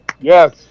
Yes